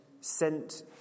sent